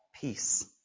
peace